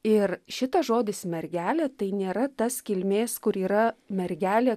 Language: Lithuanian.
ir šitas žodis mergelė tai nėra tas kilmės kur yra mergelė